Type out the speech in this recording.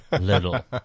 little